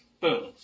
boom